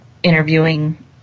Interviewing